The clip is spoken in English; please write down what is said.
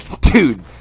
dude